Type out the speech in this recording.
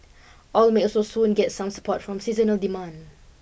oil may also soon get some support from seasonal demand